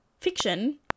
fiction